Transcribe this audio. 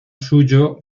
suyo